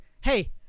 Hey